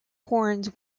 horns